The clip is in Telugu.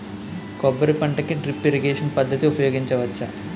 కొబ్బరి పంట కి డ్రిప్ ఇరిగేషన్ పద్ధతి ఉపయగించవచ్చా?